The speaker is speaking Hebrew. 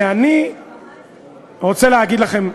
ואני רוצה להגיד לכם,